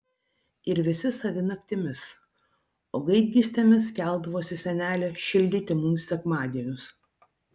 ir visi savi naktimis o gaidgystėmis keldavosi senelė šildyti mums sekmadienius